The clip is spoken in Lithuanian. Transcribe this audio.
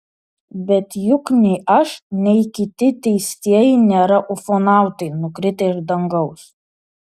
bet juk nei aš nei kiti teistieji nėra ufonautai nukritę iš dangaus